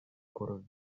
por